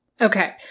okay